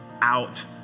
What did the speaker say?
out